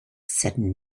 said